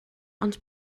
ond